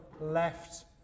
left